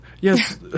Yes